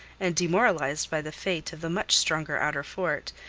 and demoralized by the fate of the much stronger outer fort,